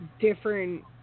different